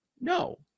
no